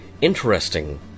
interesting